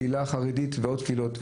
הקהילה החרדית ועוד קהילות,